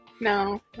No